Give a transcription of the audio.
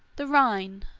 the rhine,